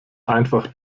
einfach